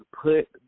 put